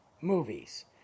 movies